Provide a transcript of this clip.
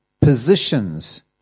positions